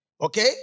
Okay